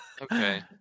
Okay